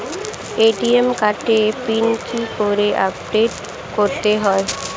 ATM কার্ডের PIN কি করে আপডেট করতে হয়?